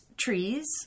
trees